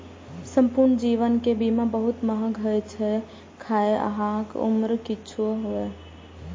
संपूर्ण जीवन के बीमा बहुत महग होइ छै, खाहे अहांक उम्र किछुओ हुअय